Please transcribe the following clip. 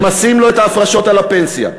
ממסים לו את ההפרשות על הפנסיה.